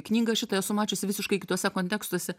knygą šitą esu mačiusi visiškai kituose kontekstuose